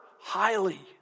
highly